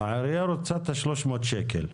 העירייה רוצה את ה-300 שקל.